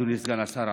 אדוני סגן השר,